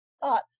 Thoughts